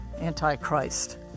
anti-Christ